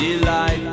delight